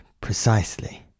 precisely